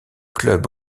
club